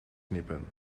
knippen